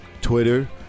twitter